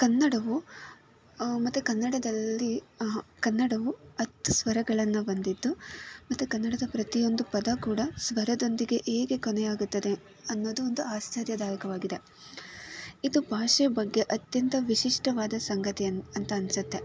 ಕನ್ನಡವು ಮತ್ತು ಕನ್ನಡದಲ್ಲಿ ಆಹ ಕನ್ನಡವು ಹತ್ತು ಸ್ವರಗಳನ್ನು ಹೊಂದಿದ್ದು ಮತ್ತು ಕನ್ನಡದ ಪ್ರತಿಯೊಂದು ಪದ ಕೂಡ ಸ್ವರದೊಂದಿಗೆ ಹೇಗೆ ಕೊನೆಯಾಗುತ್ತದೆ ಅನ್ನೋದು ಒಂದು ಆಶ್ಚರ್ಯದಾಯಕವಾಗಿದೆ ಇದು ಭಾಷೆ ಬಗ್ಗೆ ಅತ್ಯಂತ ವಿಶಿಷ್ಟವಾದ ಸಂಗತಿಯನ್ನು ಅಂತ ಅನಿಸುತ್ತೆ